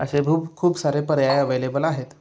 असे भूप खूप सारे पर्याय अवेलेबल आहेत